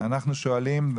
אנחנו שואלים,